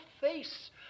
face